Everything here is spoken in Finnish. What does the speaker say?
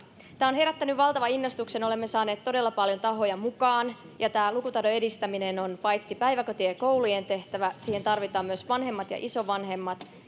tämä on herättänyt valtavan innostuksen olemme saaneet todella paljon tahoja mukaan ja paitsi että lukutaidon edistäminen on päiväkotien ja koulujen tehtävä siihen tarvitaan myös vanhemmat ja isovanhemmat